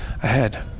Ahead